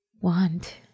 want